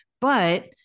but-